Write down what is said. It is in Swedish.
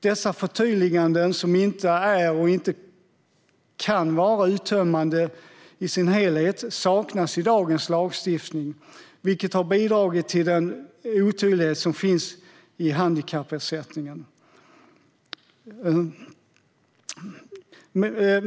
Dessa förtydliganden, som inte är och inte kan vara uttömmande i sin helhet, saknas i dagens lagstiftning, vilket har bidragit till den otydlighet som finns i handikappersättningen.